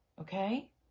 okay